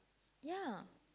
ya